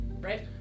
right